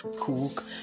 cook